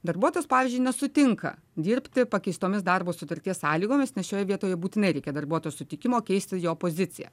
darbuotojas pavyzdžiui nesutinka dirbti pakeistomis darbo sutarties sąlygomis nes šioje vietoje būtinai reikia darbuotojo sutikimo keisti jo poziciją